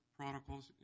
protocols